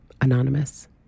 Anonymous